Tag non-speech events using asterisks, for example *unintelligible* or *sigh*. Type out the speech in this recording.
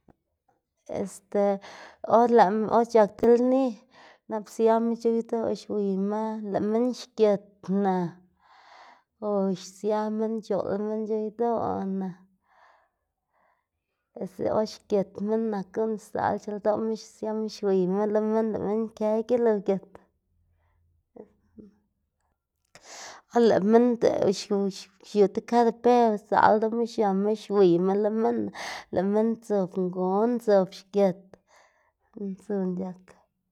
*noise* este or lëꞌma or c̲h̲ak ti lni nap siama c̲h̲ow idoꞌ xwiyma lëꞌ minn xgitna o sia minn c̲h̲oꞌl minn c̲h̲ow idoꞌna este or xgit minn nak guꞌn sdzaꞌlc̲h̲ema siama xwiyma lo minn lëꞌ minn kë gilugit *noise* or lëꞌ minn *unintelligible* xiu ti karipeo sdzaꞌl ldoꞌma xiama xwiyma lo minn‑na lëꞌ minn dzob ngon dzob xgit, ndzun c̲h̲ak.